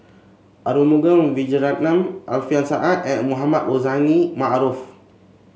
Arumugam Vijiaratnam Alfian Sa'at and Mohamed Rozani Maarof